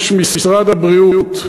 יש משרד הבריאות,